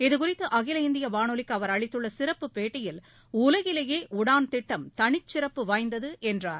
இதுகுறித்து அகில இந்திய வானொலிக்கு அவர் அளித்துள்ள சிறப்புப் பேட்டியில் உலகிலேயே உடான் திட்டம் தனிச் சிறப்பு வாய்ந்தது என்றார்